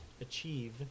achieve